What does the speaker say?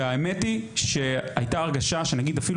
והאמת היא שהייתה הרגשה שנגיד אפילו